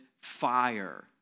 fire